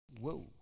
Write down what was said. Whoa